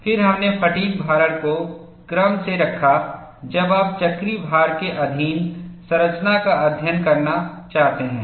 फिर हमने फ़ैटिग् भारण को क्रम में रखा जब आप चक्रीय भार के अधीन संरचना का अध्ययन करना चाहते हैं